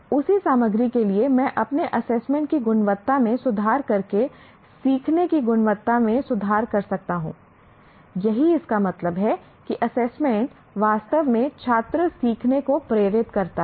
उसी सामग्री के लिए मैं अपने असेसमेंट की गुणवत्ता में सुधार करके सीखने की गुणवत्ता में सुधार कर सकता हूं यही इसका मतलब है कि असेसमेंट वास्तव में छात्र सीखने को प्रेरित करता है